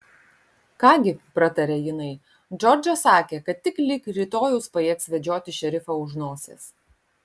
ką gi prataria jinai džordžą sakė kad tik lig rytojaus pajėgs vedžioti šerifą už nosies